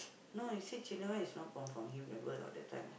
no you see is not born from him remember not that time